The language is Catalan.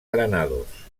granados